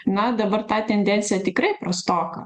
na dabar ta tendencija tikrai prastoka